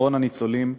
אחרון הניצולים,